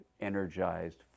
energized